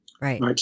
Right